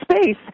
space